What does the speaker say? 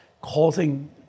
causing